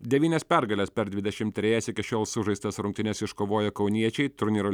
devynias pergales per dvidešimt trejas iki šiol sužaistas rungtynes iškovoję kauniečiai turnyro